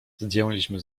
zdjęliśmy